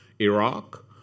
Iraq